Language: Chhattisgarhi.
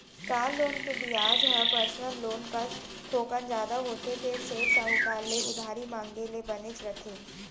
कार लोन के बियाज ह पर्सनल लोन कस थोकन जादा होथे फेर सेठ, साहूकार ले उधारी मांगे ले बनेच रथे